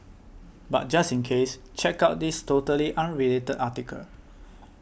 but just in case check out this totally unrelated article